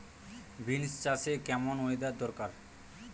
Beans চাষে কেমন weather দরকার?